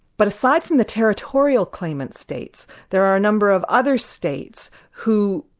but aside from the territorial claimant states there are a number of other states who,